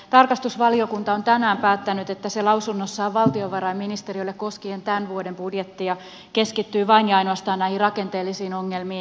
tarkastusvaliokunta on tänään päättänyt että se lausunnossaan valtiovarainministeriölle koskien tämän vuoden budjettia keskittyy vain ja ainoastaan näihin rakenteellisiin ongelmiin